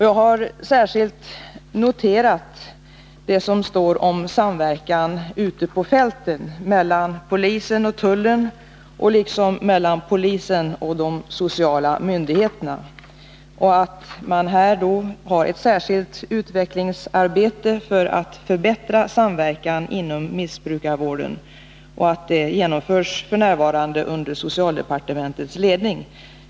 Jag har särskilt noterat det som står i svaret om samverkan ute på fältet mellan polisen och tullen liksom mellan polisen och de sociala myndigheterna och att ett särskilt utvecklingsarbete för att förbättra samverkan inom missbrukarvården f. n. genomförs under socialdepartementets ledning.